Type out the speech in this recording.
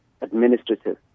administrative